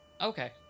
Okay